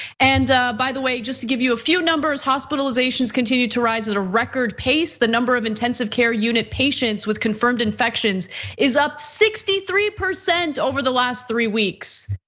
and by the way, to give you a few numbers, hospitalizations continue to rise at a record pace. the number of intensive care unit patients with confirmed infections is up sixty three percent over the last three weeks.